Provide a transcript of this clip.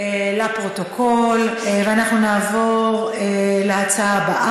והבריאות ולוועדת הכלכלה לדיון בהצעה לסדר-היום